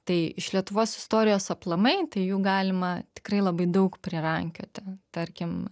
tai iš lietuvos istorijos aplamai tai jų galima tikrai labai daug prirankioti tarkim